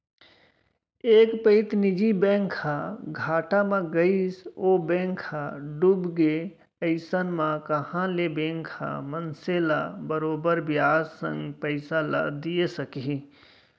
एक पइत निजी बैंक ह घाटा म गइस ओ बेंक ह डूबगे अइसन म कहॉं ले बेंक ह मनसे ल बरोबर बियाज संग पइसा ल दिये सकही